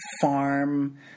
farm